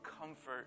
comfort